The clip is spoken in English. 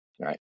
right